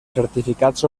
certificats